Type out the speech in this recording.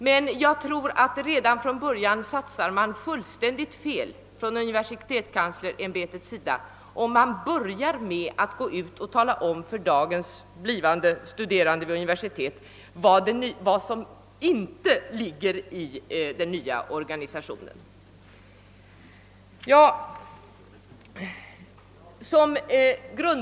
Men jag tror att universitetskanslersämbetet satsat fullständigt fel från början när det inleder med att tala om för dagens blivande studerande vid universitet vad som inte ligger i den nya organisationen.